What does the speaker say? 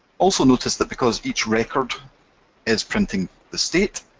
also notice that because each record is printing the state,